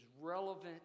relevant